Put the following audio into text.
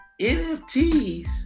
NFTs